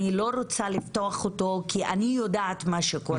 אני לא רוצה לפתוח אותו כי אני יודעת מה שקורה בעניין.